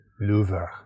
Louvre